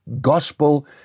gospel